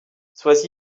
sois